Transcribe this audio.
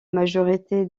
majorité